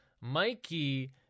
Mikey